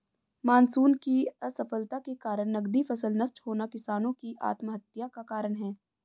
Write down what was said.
monsoon की असफलता के कारण नकदी फसल नष्ट होना किसानो की आत्महत्या का कारण है